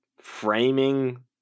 framing